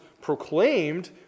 proclaimed